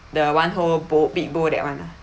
the one whole bowl big bowl that [one] ah